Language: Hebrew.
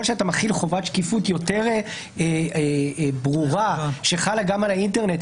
שאתה מחיל חובת שקיפות יותר ברורה שחלה גם על האינטרנט,